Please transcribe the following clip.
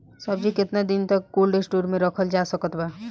सब्जी केतना दिन तक कोल्ड स्टोर मे रखल जा सकत बा?